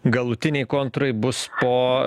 galutiniai kontūrai bus po